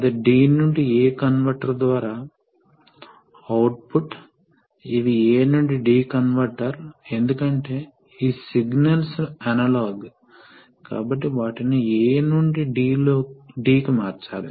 కాబట్టి ఇక్కడ ఏమి జరుగుతుందో మీరు చూస్తున్నారు మొదట్లో మళ్ళీ సోలేనాయిడ్లు పనిచేయకపోయినప్పుడు అది కేంద్రీకృతమై ఉంటుంది కాబట్టి ఏమీ ప్రవాహం లేదు పంపు నేరుగా ట్యాంకులోకి వస్తుంది